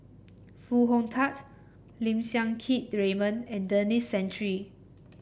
Foo Hong Tatt Lim Siang Keat Raymond and Denis Santry